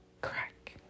Crack